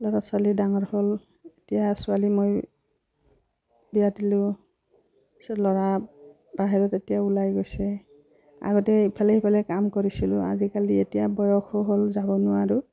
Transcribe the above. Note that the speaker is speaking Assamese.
ল'ৰা ছোৱালী ডাঙৰ হ'ল এতিয়া ছোৱালী মই বিয়া দিলোঁ তাৰ পিছত ল'ৰা বাহিৰত এতিয়া ওলাই গৈছে আগতে ইফালে সিফালে কাম কৰিছিলোঁ আজিকালি এতিয়া বয়সো হ'ল যাব নোৱাৰোঁ